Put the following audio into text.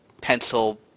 pencil